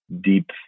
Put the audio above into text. deep